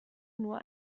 nur